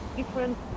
different